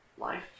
life